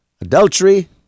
adultery